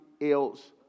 else